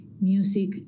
music